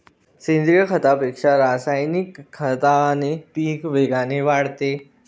सेंद्रीय खतापेक्षा रासायनिक खताने पीक वेगाने वाढते